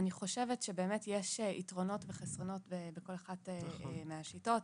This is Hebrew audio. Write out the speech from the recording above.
אני חושבת שיש יתרונות וחסרונות בכל אחת מהשיטות,